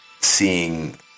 seeing